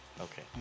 Okay